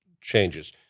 changes